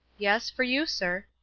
yes, for you, sir.